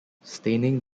staining